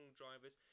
drivers